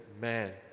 man